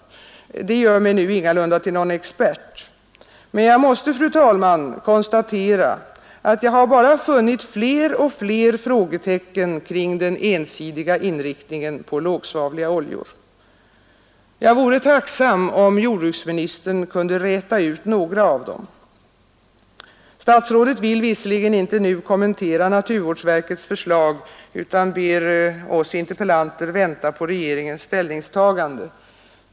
Detta gör mig ingalunda till någon expert, men jag måste konstatera, fru talman, att jag bara funnit fler och fler frågetecken kring den ensidiga inriktningen på lågsvavliga oljor. Jag vore tacksam om jordbruksministern kunde räta ut några av dem. Statsrådet vill visserligen inte nu kommentera naturvårdsverkets förslag utan ber oss interpellanter vänta på regeringens ställnings tagande.